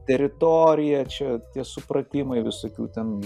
teritorija čia tie supratimai visokių ten